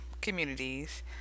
communities